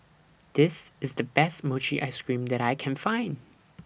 This IS The Best Mochi Ice Cream that I Can Find